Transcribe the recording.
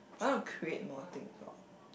I want to create more things orh